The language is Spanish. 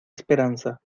esperanza